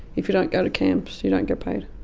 if you don't go to camps, you don't get paid.